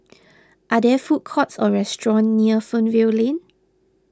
are there food courts or restaurants near Fernvale Lane